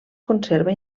conserva